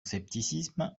scepticisme